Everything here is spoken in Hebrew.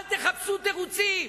אל תחפשו תירוצים.